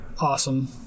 awesome